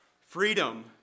freedom